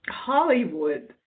Hollywood